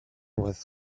was